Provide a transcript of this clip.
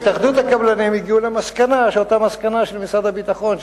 בהתאחדות הקבלנים הגיעו למסקנה שהיא אותה מסקנה של משרד הביטחון,